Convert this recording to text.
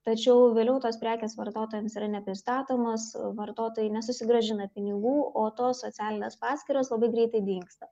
tačiau vėliau tos prekės vartotojams yra nepristatomos vartotojai nesusigrąžina pinigų o tos socialinės paskyros labai greitai dingsta